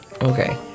Okay